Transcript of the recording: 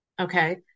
Okay